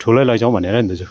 ठुलै लैजाउँ भनेर नि दाजु